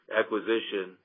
acquisition